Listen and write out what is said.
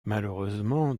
malheureusement